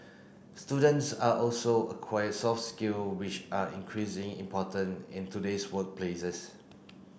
students are also acquire soft skill which are increasing important in today's workplaces